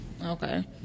Okay